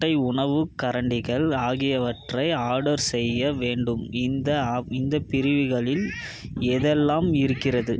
நான் முட்டை உணவுக்கரண்டிகள் ஆகியவற்றை ஆடர் செய்ய வேண்டும் இந்த ஆப் இந்தப் பிரிவுகளில் எதெல்லாம் இருக்கிறது